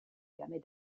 permet